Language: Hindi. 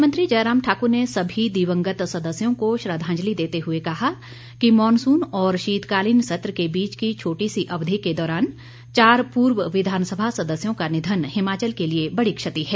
मुख्यमंत्री जयराम ठाकुर ने सभी दिवंगत सदस्यों को श्रद्वांजलि देते हुए कहा कि मॉनसून और शीतकालीन सत्र के बीच की छोटी सी अवधि के दौरान चार पूर्व विधानसभा सदस्यों का निधन हिमाचल के लिए बड़ी क्षति है